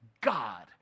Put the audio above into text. God